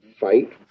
fight